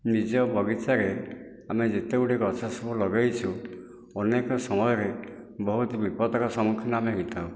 ନିଜ ବଗିଚାରେ ଆମେ ଯେତେଗୁଡ଼ିଏ ଗଛ ସବୁ ଲଗାଇଛୁ ଅନେକ ସମୟରେ ବହୁତ ବିପଦର ସମ୍ମୁଖୀନ ଆମେ ହୋଇଥାଉ